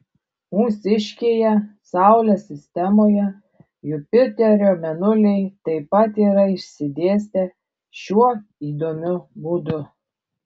mūsiškėje saulės sistemoje jupiterio mėnuliai taip pat yra išsidėstę šiuo įdomiu būdu